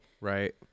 right